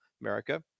America